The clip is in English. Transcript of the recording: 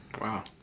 Wow